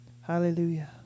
Hallelujah